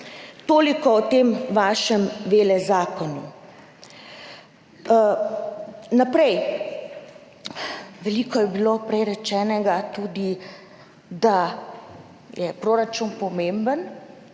Toliko o tem vašem velezakonu. Naprej, veliko je bilo prej rečenega tudi o tem, da je proračun pomemben,